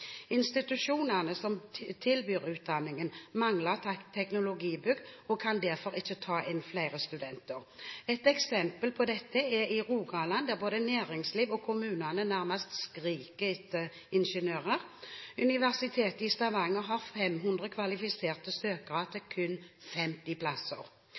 Institusjonene som tilbyr utdanningen, mangler teknologibygg og kan derfor ikke ta inn flere studenter. Et eksempel på dette er i Rogaland, der både næringsliv og kommuner nærmest skriker etter ingeniører. Universitetet i Stavanger har 500 kvalifiserte søkere til kun 50 plasser.